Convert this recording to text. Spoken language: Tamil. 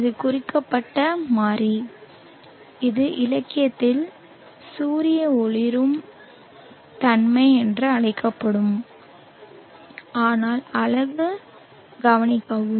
இந்த குறிப்பிட்ட மாறி இது இலக்கியத்தில் சூரிய ஒளிரும் தன்மை என்றும் அழைக்கப்படுகிறது ஆனால் அலகு கவனிக்கவும்